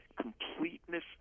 completeness